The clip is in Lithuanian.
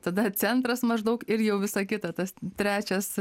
tada centras maždaug ir jau visa kita tas trečias